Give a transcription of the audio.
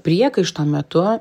priekaišto metu